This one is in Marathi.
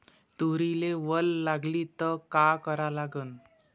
तुरीले वल लागली त का करा लागन?